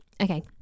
Okay